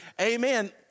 amen